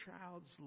child's